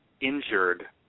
injured